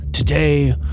Today